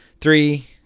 three